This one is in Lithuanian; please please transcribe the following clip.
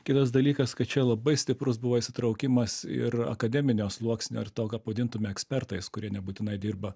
kitas dalykas kad čia labai stiprus buvo įsitraukimas ir akademinio sluoksnio ir to ką vadintume ekspertais kurie nebūtinai dirba